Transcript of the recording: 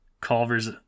Culver's